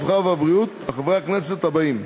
הרווחה והבריאות חברי הכנסת הבאים: